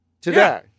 today